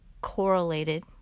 correlated